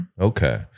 Okay